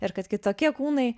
ir kad kitokie kūnai